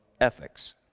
ethics